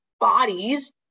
bodies